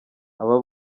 aba